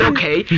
Okay